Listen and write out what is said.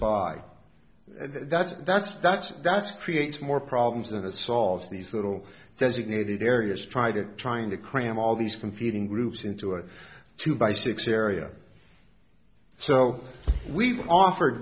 by that's that's that's that's creates more problems than it solves these little designated areas try to trying to cram all these competing groups into it to buy six area so we've offered